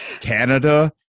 Canada